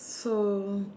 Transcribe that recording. so